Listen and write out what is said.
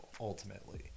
ultimately